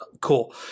Cool